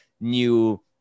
new